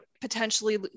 potentially